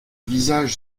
visage